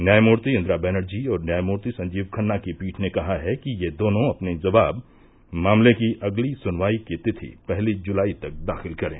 न्यायमूर्ति इंदिरा बैनर्जी और न्यायमूर्ति संजीव खन्ना की पीठ ने कहा है कि ये दोनों अपने जवाब मामले की अगली सुनवाई की तिथि पहली जुलाई तक दाखिल करें